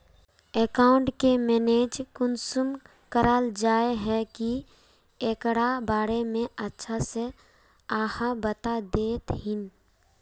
Account के manage कुंसम कराल जाय है की एकरा बारे में अच्छा से आहाँ बता देतहिन?